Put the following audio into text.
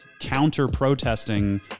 counter-protesting